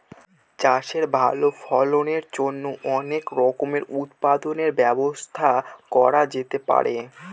চাষের ভালো ফলনের জন্য অনেক রকমের উৎপাদনের ব্যবস্থা করা যেতে পারে